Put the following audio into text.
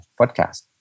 podcast